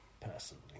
personally